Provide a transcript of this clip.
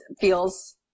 feels